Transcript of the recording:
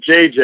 JJ